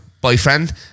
Boyfriend